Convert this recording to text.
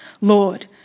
Lord